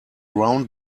round